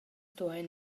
duein